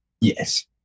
Yes